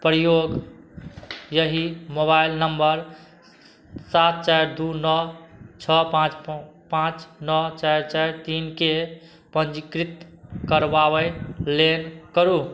प्रयोग एहि mobile number सात चारि दुइ नओ छओ पाँच पाँच नओ चारि चारि तीनके पञ्जीकृत करबाबै लेल करू